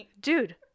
Dude